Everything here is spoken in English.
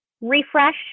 refresh